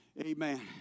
Amen